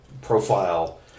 profile